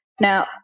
Now